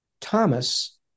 Thomas